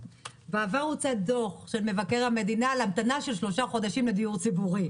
בעבר הוצא דוח של מבקר המדינה על המתנה של שלושה חודשים לדיור ציבורי.